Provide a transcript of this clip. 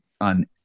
on